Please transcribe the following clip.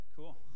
Cool